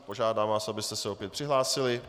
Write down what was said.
Požádám vás, abyste se opět přihlásili.